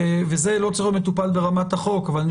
וזה לא צריך להיות מטופל ברמת החוק אבל אני